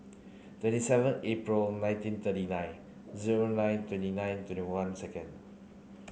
twenty seven April nineteen thirty nine zero nine twenty nine twenty one second